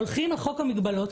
הולכים על חוק המגבלות,